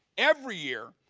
every year,